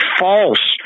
false